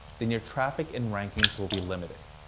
then your traffic and rankings will be limited.